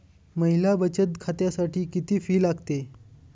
महिला बचत खात्यासाठी किती फी लागते?